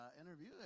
interview